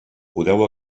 podeu